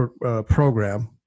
program